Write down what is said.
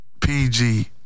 PG